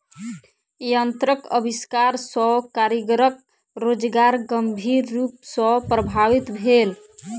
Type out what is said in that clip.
यंत्रक आविष्कार सॅ कारीगरक रोजगार गंभीर रूप सॅ प्रभावित भेल